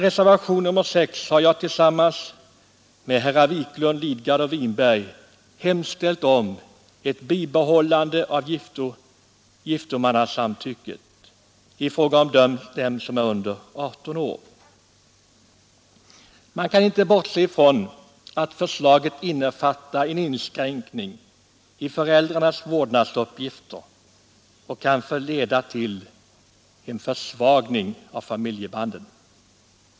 I reservationen 6 har jag tillsammans med herrar Wiklund i Stockholm, Lidgard och Winberg hemställt om ett bibehållande av giftomannasamtycket i fråga om dem som är under 18 år. Man kan inte bortse från att propositionens förslag innebär en inskränkning i föräldrarnas vårdnadsuppgifter och kan leda till en försvagning av familjebanden.